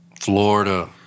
Florida